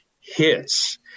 hits